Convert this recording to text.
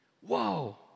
Whoa